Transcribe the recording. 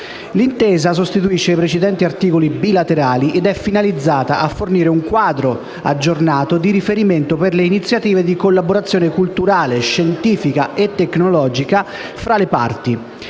L'intesa sostituisce i precedenti accordi bilaterali ed è finalizzata a fornire un quadro aggiornato di riferimento per le iniziative di collaborazione culturale, scientifica e tecnologica fra le parti.